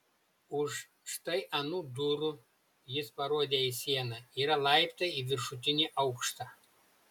už štai anų durų jis parodė į sieną yra laiptai į viršutinį aukštą